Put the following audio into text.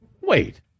Wait